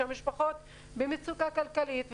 כשהמשפחות במצוקה כלכלית,